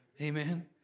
Amen